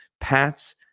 Pats